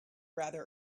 rather